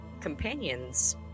companions